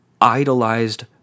idolized